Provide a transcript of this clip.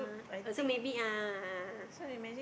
so maybe a'ah a'ah a'ah